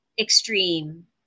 extreme